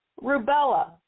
rubella